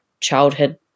childhood